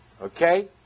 Okay